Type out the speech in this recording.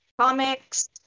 comics